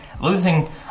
losing